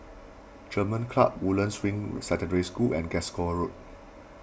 German Club Woodlands Ring Secondary School and Glasgow Road